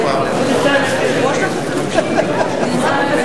2011 ו-2012, נתקבל.